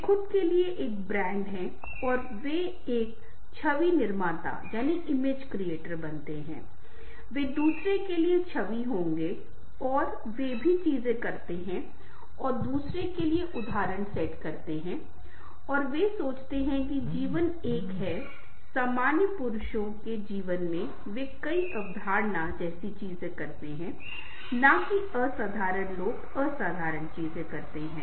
वे खुद के लिए एक ब्रांड हैं और वे एक छवि निर्माता बनें वे दूसरों के लिए छवि होंगे और वे भी चीजें करते हैं और दूसरों के लिए उदाहरण सेट करते हैं और वे सोचते हैं कि जीवन एक है सामान्य पुरुषों के जीवन में वे कई असाधारण चीजें करते हैं न कि असाधारण लोग असाधारण चीजें करते हैं